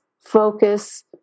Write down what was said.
focus